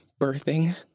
birthing